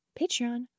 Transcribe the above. Patreon